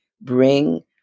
bring